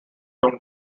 own